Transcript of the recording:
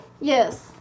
Yes